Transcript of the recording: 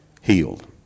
healed